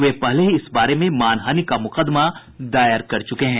वे पहले ही इस बारे में मानहानि का मुकदमा दायर कर चुके हैं